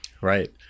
Right